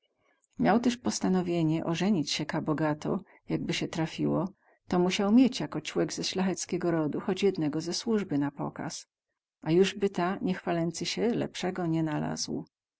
miał tyz postanowienie ozenić sie ka bogato jakby sie trafiło to musiał mieć jako cłek ze ślacheckiego rodu choć jednego ze słuzby na pokaz a juz by ta niechwalęcy sie lepsego nie nalazł